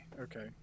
Okay